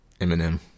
Eminem